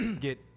get